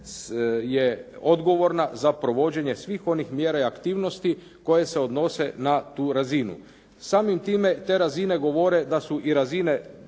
je odgovorna za provođenje svih onih mjera i aktivnosti koje se odnose na tu razinu. Samim time te razine govore da su i razine